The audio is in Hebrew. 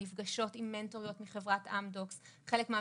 נפגשות עם מנטוריות בחברת אמדוקס חלק מן